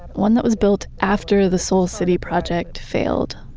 one that was built after the soul city project failed